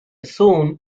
soon